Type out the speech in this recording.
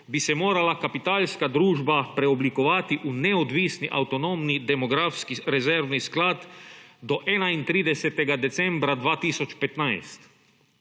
bi se morala Kapitalska družba preoblikovati v neodvisni, avtonomni demografski rezervni sklad do 31. decembra 2015.